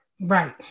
Right